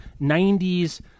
90s